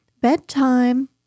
Bedtime